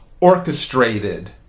orchestrated